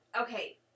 okay